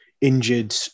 injured